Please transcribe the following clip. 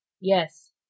Yes